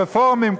רפורמים,